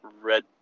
red